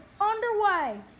underway